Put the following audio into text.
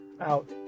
out